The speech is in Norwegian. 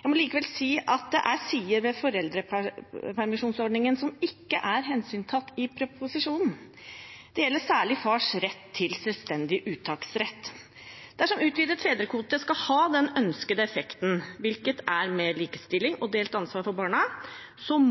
Jeg må likevel si at det er sider ved foreldrepermisjonsordningen som ikke er hensyntatt i proposisjonen. Det gjelder særlig fars rett til selvstendig uttak. Dersom utvidet fedrekvote skal ha den ønskede effekten, hvilket er mer likestilling og delt ansvar for barna,